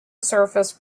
surface